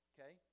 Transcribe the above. Okay